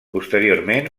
posteriorment